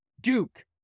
Duke